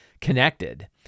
connected